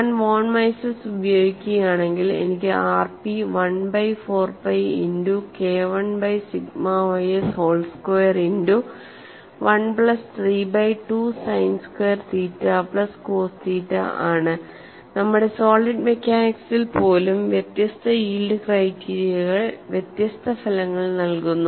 ഞാൻ von Mises ഉപയോഗിക്കുകയാണെങ്കിൽ എനിക്ക് rp1 by 4 pi into KI by sigma ys whole square into 1 plus 3 by 2 sine square theta plus cos theta ആണ് നമ്മുടെ solid മെക്കാനിക്സിൽ പോലും വ്യത്യസ്ത യീൽഡ് ക്രൈറ്റീരിയകൾ വ്യത്യസ്ത ഫലങ്ങൾ നൽകുന്നു